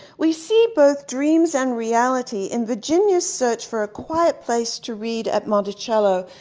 we see both dreams and reality in virginia's search for a quiet place to read at monticello,